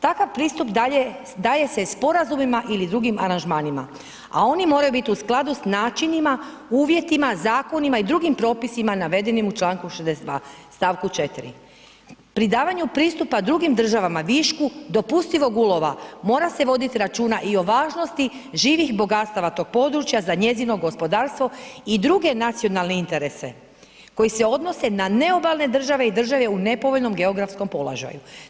Takav pristup daje se sporazumima ili drugim aranžmanima, a oni moraju bit u skladu s načinima, uvjetima, zakonima i drugim propisima navedenim u čl. 62. st. 4. Pri davanju pristupa drugim državama višku dopustivog ulova mora se vodit računa i o važnosti živih bogatstava tog područja za njezino gospodarstvo i druge nacionalne interese koji se odnose na neobalne države i države u nepovoljnom geografskom položaju.